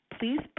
please